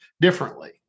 differently